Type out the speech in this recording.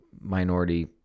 minority